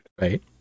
Right